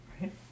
right